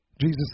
Jesus